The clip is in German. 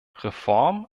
reform